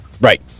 right